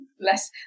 less